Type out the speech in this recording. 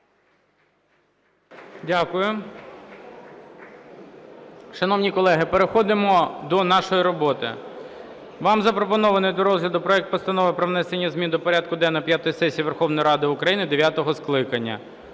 Дякую. Шановні колеги, переходимо до нашої роботи. Вам запропонований до розгляду проект Постанови про внесення змін до порядку денного п'ятої сесії Верховної Ради України дев'ятого скликання.